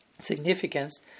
significance